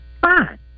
Fine